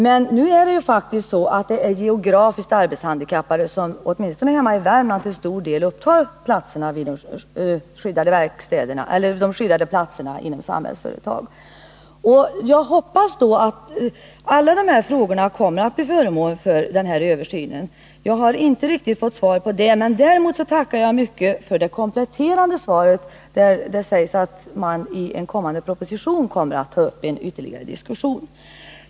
Men det är faktiskt - åtminstone hemma i Värmland — geografiskt arbetshandikappade som till stor del upptar de skyddade platserna inom Samhällsföretag. Jag hoppas att alla dessa frågor kommer att bli föremål för den aviserade översynen — trots att jag inte riktigt har fått svar på det. Däremot tackar jag mycket för det kompletterande svar där arbetsmarknadsministern sade att regeringen i en kommande proposition skall ta upp ytterligare förslag i dessa frågor.